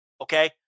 Okay